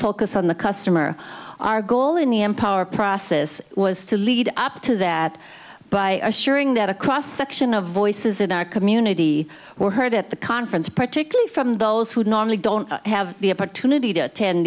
focus on the customer our goal in the empower process was to lead up to that but i assure you that a cross section of voices in our community were heard at the conference particularly from those who normally don't have the opportunity to attend